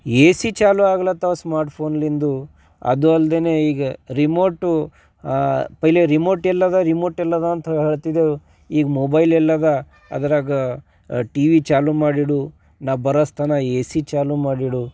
A C ಚಾಲು ಆಗ್ಲತ್ತಿವೆ smart ಫೋನ್ಲಿಂದ ಅದು ಅಲ್ದೇ ಈಗ ರಿಮೋಟು ಪೈಲೆ ರಿಮೋಟ್ ಎಲ್ಲಿದೆ ರಿಮೋಟ್ ಎಲ್ಲಿದೆ ಅಂತ ಹೇಳ್ತಿದ್ದೆವು ಈಗ ಮೊಬೈಲ್ ಎಲ್ಲಿದೆ ಅದ್ರಾಗೆ ಟಿ ವಿ ಚಾಲು ಮಾಡಿಡು ನಾ ಬರಸ್ತಾನ ಎ ಸಿ ಚಾಲು ಮಾಡಿಡು